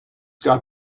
got